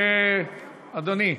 אדוני,